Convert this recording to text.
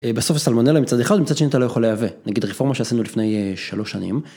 בסוף הסלמונלה מצד אחד מצד שני אתה לא יכול לייבא, נגיד רפורמה שעשינו לפני שלוש שנים.